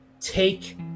take